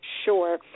Sure